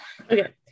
okay